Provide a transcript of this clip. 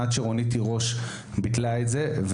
עד שרונית תירוש ביטלה את זה,